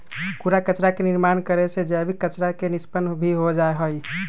कूड़ा कचरा के निर्माण करे से जैविक कचरा के निष्पन्न भी हो जाहई